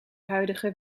huidige